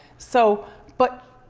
so, but,